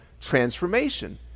transformation